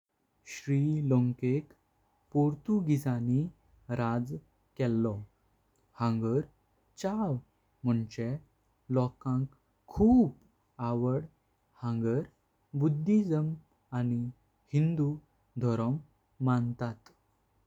श्री लंगेक पुर्तुगीसांनी राज्य केलो हांगर चव मुनचे लोंकांक खूप। आवड हांगर बुद्हिस्म आनी हिंदु धोरम मंता।